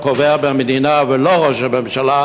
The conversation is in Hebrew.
הקובע במדינה ולא ראש הממשלה,